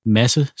masse